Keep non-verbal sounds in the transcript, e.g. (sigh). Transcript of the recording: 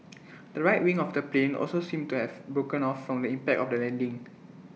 (noise) the right wing of the plane also seemed to have broken off from the impact of the landing